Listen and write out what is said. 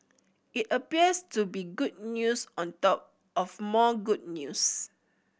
it appears to be good news on top of more good news